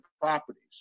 properties